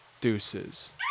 Deuces